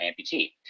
amputee